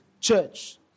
church